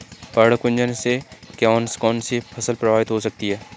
पर्ण कुंचन से कौन कौन सी फसल प्रभावित हो सकती है?